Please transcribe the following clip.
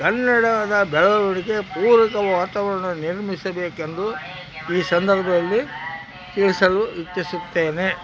ಕನ್ನಡದ ಬೆಳವಣಿಗೆಗೆ ಪೂರಕ ವಾತಾವರಣ ನಿರ್ಮಿಸಬೇಕೆಂದು ಈ ಸಂದರ್ಭದಲ್ಲಿ ತಿಳಿಸಲು ಇಚ್ಚಿಸುತ್ತೇನೆ